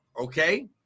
Okay